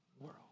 world